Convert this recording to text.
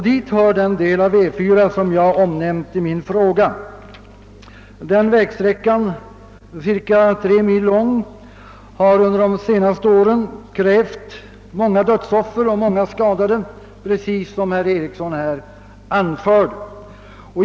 Dit hör den del av E 4 som jag omnämnt i min fråga. Den vägsträckan, som är cirka 3 mil lång, har under de senaste åren krävt många dödsoffer och många skadade, precis som herr Eriksson här anförde.